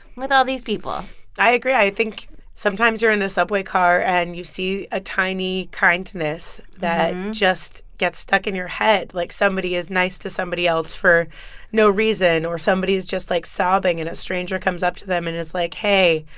with all these people i agree. i think sometimes you're in a subway car, and you see a tiny kindness that just gets stuck in your head. like, somebody is nice to somebody else for no reason, or somebody is just, like, sobbing, and a stranger comes up to them and is like, hey.